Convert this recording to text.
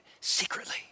secretly